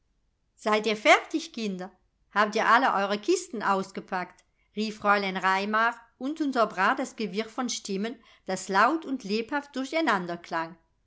seid ihr fertig kinder habt ihr alle eure kisten ausgepackt rief fräulein raimar und unterbrach das gewirr von stimmen das laut und lebhaft durcheinander klang